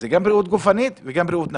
בריאות נפשית וגם בריאות פיזית.